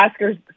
Oscars